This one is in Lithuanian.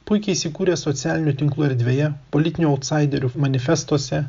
puikiai įsikūrė socialinių tinklų erdvėje politinių autsaiderių manifestuose